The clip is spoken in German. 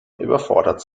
überfordert